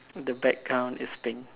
the background is pink